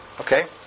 Okay